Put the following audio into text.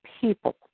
people